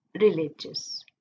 religious